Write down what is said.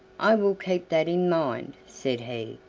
i will keep that in mind, said he,